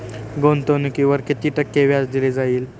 गुंतवणुकीवर किती टक्के व्याज दिले जाईल?